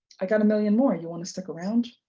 i got a million more, you want to stick around?